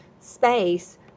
space